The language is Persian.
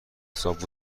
حساب